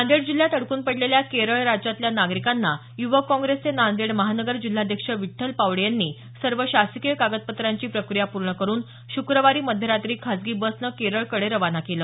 नांदेड जिल्ह्यात अडकून पडलेल्या केरळ राज्यातल्या नागरिकांना युवक काँग्रेसचे नांदेड महानगर जिल्हाध्यक्ष विठ्ठल पावडे यांनी सर्व शासकीय कागदपत्रांची प्रक्रिया पूर्ण करून श्रक्रवारी मध्यरात्री खाजगी बसने केरळकडे रवाना केलं